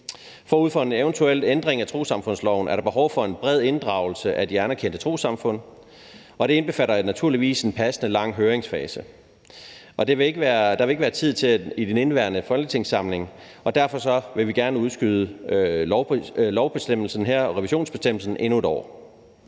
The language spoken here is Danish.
Forud for en eventuel ændring af trossamfundsloven er der behov for en bred inddragelse af de anerkendte trossamfund, og det indbefatter naturligvis en passende lang høringsfase. Det vil der ikke være tid til i den indeværende folketingssamling, og derfor vil vi gerne udskyde revisionsbestemmelsen her endnu et år.